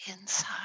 inside